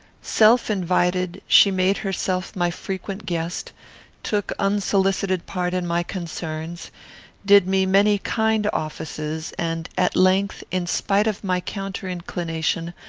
self-invited, she made herself my frequent guest took unsolicited part in my concerns did me many kind offices and, at length, in spite of my counter-inclination,